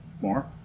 more